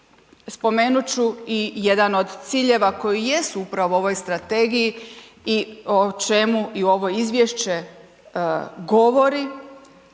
spomenut ću i jedan od ciljeva koji i jesu upravo u ovoj strategiji i o čemu i ovo izvješće govori,